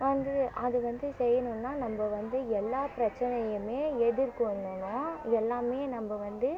வந்து அது வந்து செய்யணும்னா நம்ம வந்து எல்லா பிரச்சினையுமே எதிர் கொள்ளணும் எல்லாமே நம்ம வந்து